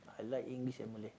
I like English and Malay